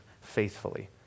faithfully